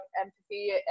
empathy